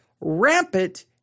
rampant